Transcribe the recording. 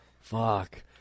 Fuck